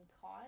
caught